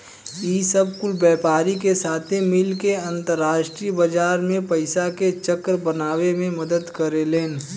ई सब कुल व्यापारी के साथे मिल के अंतरास्ट्रीय बाजार मे पइसा के चक्र बनावे मे मदद करेलेन